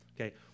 okay